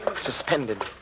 Suspended